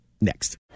next